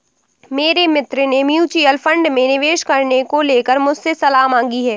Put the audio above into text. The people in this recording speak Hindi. मेरे मित्र ने म्यूच्यूअल फंड में निवेश करने को लेकर मुझसे सलाह मांगी है